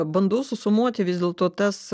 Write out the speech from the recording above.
bandau susumuoti vis dėlto tas